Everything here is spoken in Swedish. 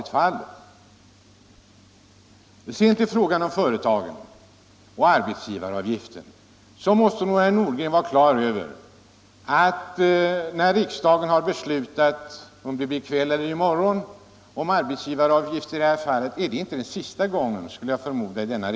; i Tisdagen den Vad sedan beträffar frågan om företagen och arbetsgivaravgiften måste 20 maj 1975 nog herr Nordgren vara på det klara med att när riksdagen beslutar om arbetsgivaravgift i det här fallet, om det nu blir i kväll eller i morgon, = Arbetsmarknadsutså är det förmodligen inte sista gången man fattar ett sådant beslut.